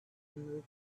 moved